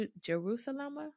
Jerusalem